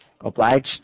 obliged